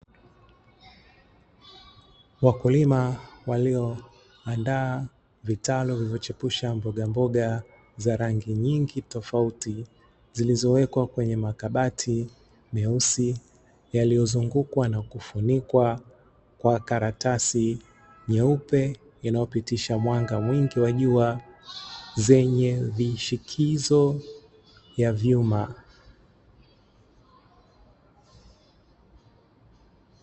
Wakulima walioandaa vitalu viliochipusha mbogamboga za rangi nyingi tofauti, zilizowekwa kwenye makabati meusi, yaliyozungukwa na kufunikwa kwa karatasi nyeupe, yanayopitisha mwanga mwingi wa jua zenye vishikizo ya vyuma.